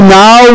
now